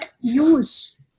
use